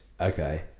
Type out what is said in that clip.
Okay